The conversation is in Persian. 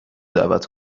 دعوت